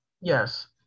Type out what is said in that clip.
yes